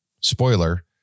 spoiler